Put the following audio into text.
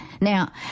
Now